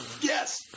yes